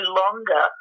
longer